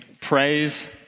Praise